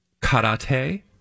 karate